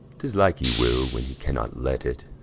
tis like he will, when he cannot let it.